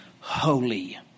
holy